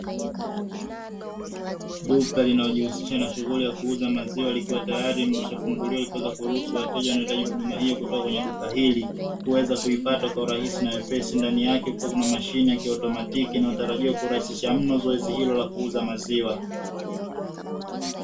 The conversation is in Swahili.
Duka linalojihusisha na shughuli ya kuuza maziwa likiwa tayari limeshafunguliwa, likiruhusu wateja wakiwa wanahitaji huduma hiyo kutoka kwenye duka hili kuweza kuipata kwa urahisi na wepesi. Ndani yake kukiwa na mashine ya kiautomatiki inayotarajia kurahisisha mno zoezi hilo la kuuza maziwa.